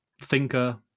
thinker